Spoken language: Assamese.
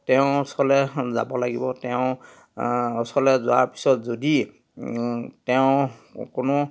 তেওঁৰ ওচৰলৈ যাব লাগিব তেওঁৰ ওচৰলৈ যোৱাৰ পিছত যদি তেওঁৰ কোনো